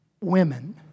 women